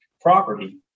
property